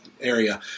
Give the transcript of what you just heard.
area